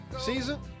season